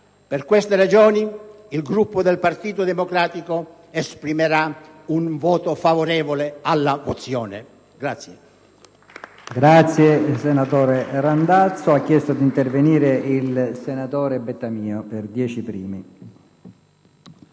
Per queste ragioni, il Gruppo del Partito Democratico esprimerà un voto favorevole alla mozione.